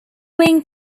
being